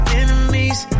enemies